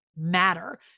matter